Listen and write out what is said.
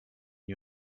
you